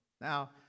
Now